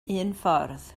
unffordd